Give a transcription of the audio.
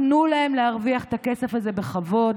תנו להם להרוויח את הכסף הזה בכבוד.